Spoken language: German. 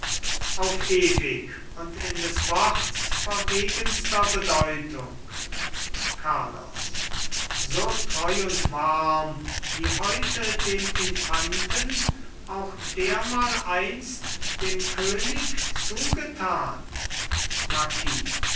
auf ewig und in des worts verwegenster bedeutung carlos so treu und warm wie heute dem infanten auch dermaleinst dem könig zugetan